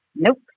nope